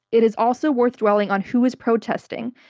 it is also worth dwelling on who is protesting.